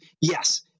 Yes